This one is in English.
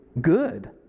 good